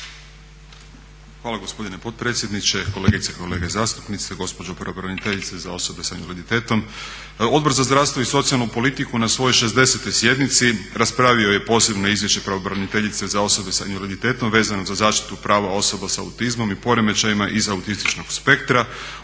Hvala gospodine potpredsjedniče, kolegice i kolege zastupnici, gospođo pravobraniteljice za osobe sa invaliditetom. Odbor za zdravstvo i socijalnu politiku na svojoj 60. sjednici raspravi je posebno izvješće pravobraniteljice za osobe sa invaliditetom vezano za zaštitu prava osoba sa autizmom i poremećajima iz autističnog spektra